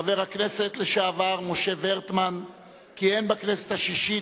חבר הכנסת לשעבר משה ורטמן כיהן בכנסת השישית,